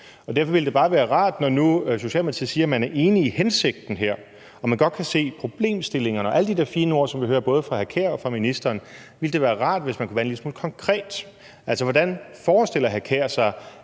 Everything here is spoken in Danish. Derfor ville det bare være rart, når nu Socialdemokratiet siger, at man er enig i hensigten her, og at man godt kan se problemstillingerne og alle de der fine ord, som vi hører fra både hr. Kasper Sand Kjær og ministeren, hvis man kunne være en lille smule konkret. Altså, hvordan forestiller hr. Kasper